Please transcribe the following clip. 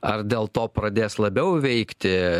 ar dėl to pradės labiau veikti